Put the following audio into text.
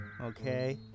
okay